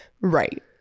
right